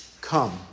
come